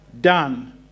done